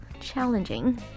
challenging